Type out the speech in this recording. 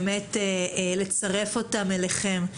לצרף אותם אליכם.